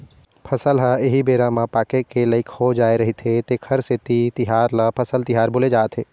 फसल ह एही बेरा म पाके के लइक हो जाय रहिथे तेखरे सेती ए तिहार ल फसल तिहार बोले जाथे